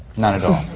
not at all?